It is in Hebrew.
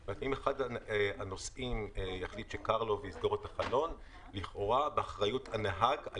מפעילים את הפקחים כדי להפנות את תשומת לב הנוסעים לחובה על פי התקנות.